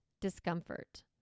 discomfort